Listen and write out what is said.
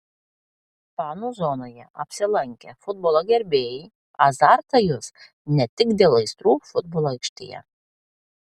fanų zonoje apsilankę futbolo gerbėjai azartą jus ne tik dėl aistrų futbolo aikštėje